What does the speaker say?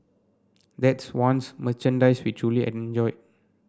that's one's merchandise we truly enjoy